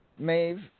Maeve